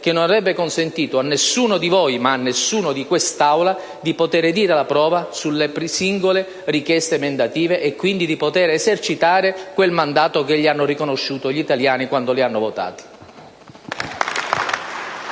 che non avrebbe consentito a nessuno di voi, ma a nessuno in quest'Aula di poter dire la propria sulle singole richieste emendative e, quindi, di poter esercitare quel mandato che ci hanno riconosciuto gli italiani quando ci hanno votato.